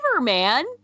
man